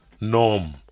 norm